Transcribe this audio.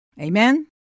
Amen